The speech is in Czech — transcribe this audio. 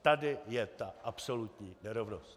Tady je ta absolutní nerovnost!